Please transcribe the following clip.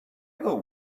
got